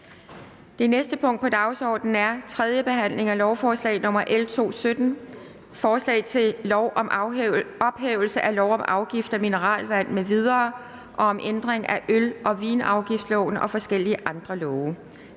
Det næste punkt på dagsordenen er: 7) 3. behandling af lovforslag nr. L 217: Forslag til lov om ophævelse af lov om afgift af mineralvand m.v. og om ændring af øl- og vinafgiftsloven og forskellige andre love.